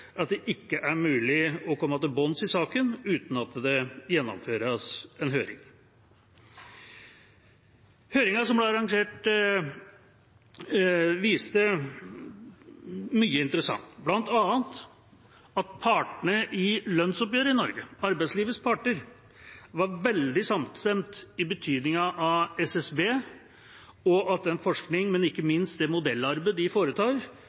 at det ikke var mulig å komme til bunns i saken uten at det ble gjennomført en høring. Høringen som ble arrangert, viste mye interessant, bl.a. at partene i lønnsoppgjøret i Norge, arbeidslivets parter, var veldig samstemte vedrørende betydningen av SSB og at den forskningen og ikke minst det modellarbeidet de foretar,